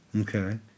Okay